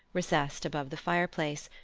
recessed above the fireplace,